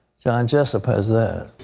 john jessup has that.